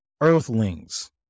Earthlings